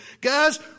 guys